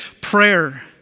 prayer